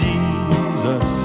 Jesus